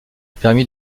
permis